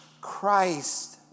Christ